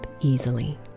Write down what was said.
easily